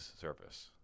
surface